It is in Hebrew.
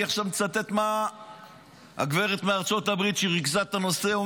אני עכשיו מצטט מה אומרת הגברת מארצות הברית שריכזה את הנושא.